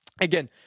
again